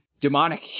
demonic